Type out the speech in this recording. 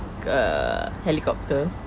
err helicopter